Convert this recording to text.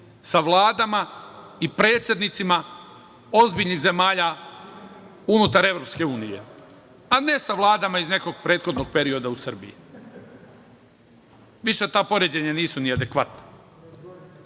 sa vladama i predsednicima ozbiljnih zemalja unutar EU, a ne sa vladama iz nekog prethodnog perioda u Srbiji. Više ta poređenja nisu ni adekvatna.